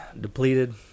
depleted